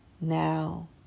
now